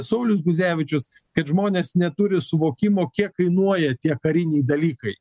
saulius guzevičius kad žmonės neturi suvokimo kiek kainuoja tie kariniai dalykai